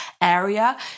area